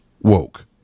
woke